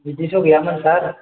बिदिथ' गैयामोन सार